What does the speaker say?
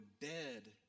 dead